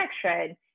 connection